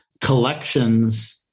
Collections